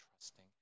trusting